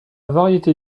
variété